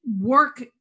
work